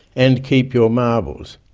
and keep your marbles.